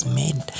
made